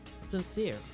sincere